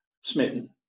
smitten